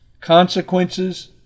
consequences